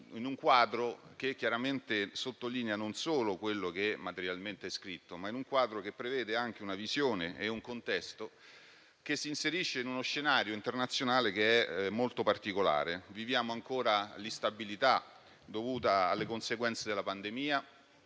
in un quadro che chiaramente sottolinea non solo quello che materialmente è scritto, ma che prevede anche una visione e un contesto che si inseriscano in uno scenario internazionale molto particolare: viviamo ancora l'instabilità molto evidente dovuta alle conseguenze della pandemia